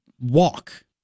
walk